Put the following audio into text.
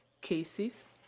cases